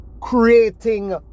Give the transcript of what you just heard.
creating